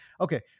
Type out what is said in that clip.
Okay